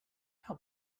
how